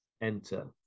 enter